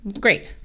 great